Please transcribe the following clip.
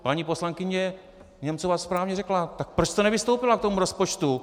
Paní poslankyně Němcová správně řekla tak proč jste nevystoupila k tomu rozpočtu?